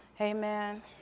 Amen